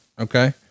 okay